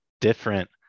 different